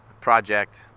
project